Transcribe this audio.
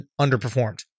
underperformed